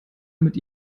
mit